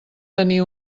tenir